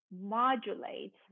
modulate